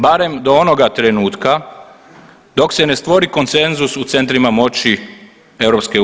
Barem do onoga trenutka dok se ne stvori konsenzus u centrima moći EU.